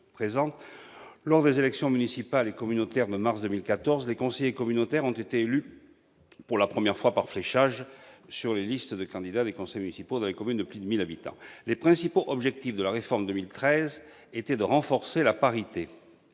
Lors des élections municipales et communautaires de mars 2014, les conseillers communautaires ont été élus pour la première fois par fléchage sur les listes de candidats au conseil municipal dans les communes de plus de 1 000 habitants. Les principaux objectifs de la réforme de 2013 étaient de renforcer la parité,